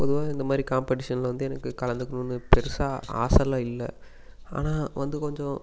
பொதுவாக இந்த மாதிரி காம்படிஷனில் வந்து எனக்கு கலந்துகணும்னு பெருசாக ஆசைலாம் இல்லை ஆனால் வந்து கொஞ்சம்